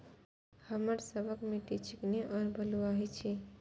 हमर सबक मिट्टी चिकनी और बलुयाही छी?